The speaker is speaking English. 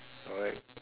correct